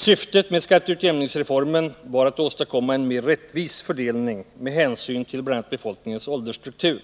Syftet med skatteutjämningsreformen var att åstadkomma en mer rättvis fördelning med hänsyn till bl.a. befolkningens åldersstruktur.